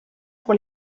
pour